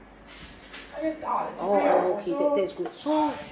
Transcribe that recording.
oh oh okay that is true lah so